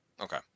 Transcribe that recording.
Okay